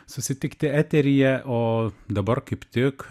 susitikti eteryje o dabar kaip tik